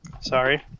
sorry